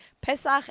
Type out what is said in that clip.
Pesach